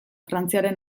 frantziaren